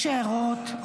משה רוט,